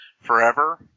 forever